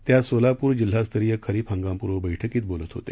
ते आज सोलापूर जिल्हास्तरीय खरीप हंगामपूर्व बठ्कीत बोलत होते